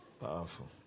powerful